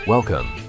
Welcome